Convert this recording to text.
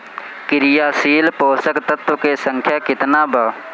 क्रियाशील पोषक तत्व के संख्या कितना बा?